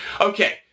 Okay